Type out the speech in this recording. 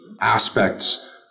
aspects